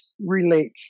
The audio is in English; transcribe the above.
relate